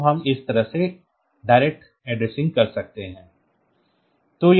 तो हम इस तरह से direct addressing कर सकते हैं